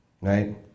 right